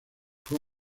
fue